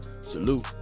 salute